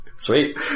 sweet